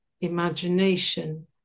imagination